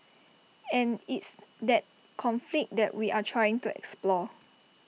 and it's that conflict that we are trying to explore